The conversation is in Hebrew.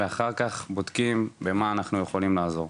ואחר כך בודקים במה אנחנו יכולים לעזור.